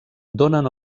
donen